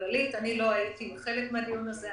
כללית אני לא הייתי חלק מהדיון הזה,